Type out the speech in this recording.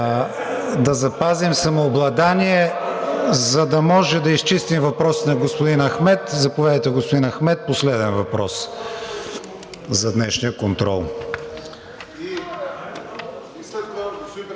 Да запазим самообладание, за да може да изчистим въпросите на господин Ахмед. Заповядайте, господин Ахмед – последен въпрос за днешния контрол.